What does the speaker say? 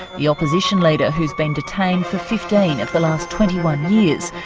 the opposition leader, who's been detained for fifteen of the last twenty one years,